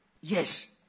Yes